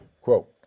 Quote